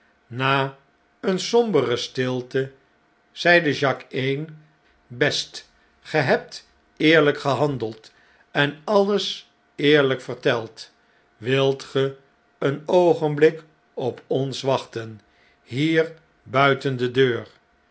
na eene sombere stilte zeide jacques een best ge hebt eerljjk gehandeld en alles eerlijk verteld wilt ge een oogenblik op ons wachten hier buiten de deur